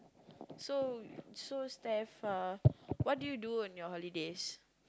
so so Steph uh what do you do in your holidays